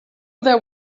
there